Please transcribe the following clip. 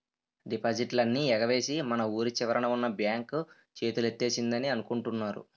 డిపాజిట్లన్నీ ఎగవేసి మన వూరి చివరన ఉన్న బాంక్ చేతులెత్తేసిందని అనుకుంటున్నారు